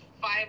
five